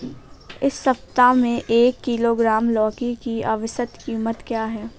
इस सप्ताह में एक किलोग्राम लौकी की औसत कीमत क्या है?